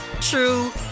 true